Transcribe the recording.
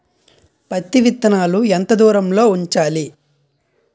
పత్తి విత్తనాలు ఎంత దూరంలో ఉంచాలి?